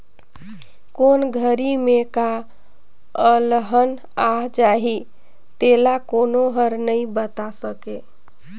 कोन घरी में का अलहन आ जाही तेला कोनो हर नइ बता सकय